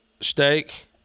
Steak